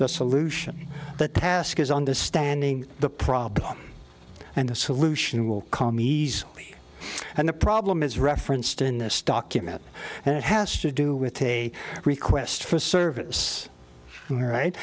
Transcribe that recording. the solution the task is understanding the problem and the solution will commies and the problem is referenced in this document and it has to do with a request for service